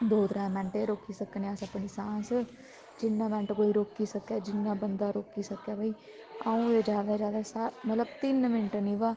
दो त्रै मैंट गै रोकी सकने अस अपनी सांस जिन्ने मैंट्ट कोई रोकी सकै जिन्ना बंदा रोकी सकै भाई आ'ऊं ते ज्यादा हा ज्यादा साह् मतलब तिन्न मिंट नी बा